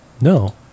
no